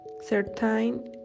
certain